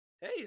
hey